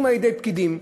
אם על-ידי פקידים,